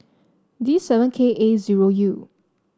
D seven K A zero U